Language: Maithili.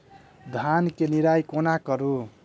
धान केँ निराई कोना करु?